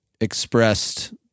expressed